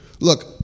Look